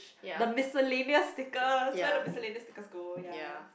the miscellaneous stickers where's the miscellaneous stickers go ya